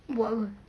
buat apa